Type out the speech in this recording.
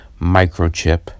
microchip